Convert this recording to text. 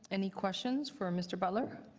any questions for mr. butler?